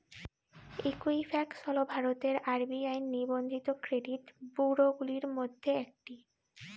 Equifax হল ভারতের RBI নিবন্ধিত ক্রেডিট ব্যুরোগুলির মধ্যে একটি